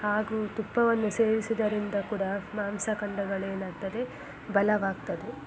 ಹಾಗೂ ತುಪ್ಪವನ್ನು ಸೇವಿಸುವುದರಿಂದ ಕೂಡ ಮಾಂಸಖಂಡಗಳೇನಾಗ್ತದೆ ಬಲವಾಗ್ತದೆ